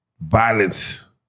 violence